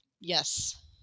Yes